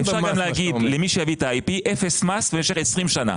אפשר גם לומר למי שיביא את ה-IP אפס מס במשך 20 שנים.